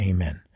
Amen